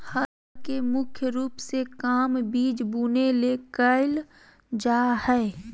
हल के मुख्य रूप से काम बिज बुने ले कयल जा हइ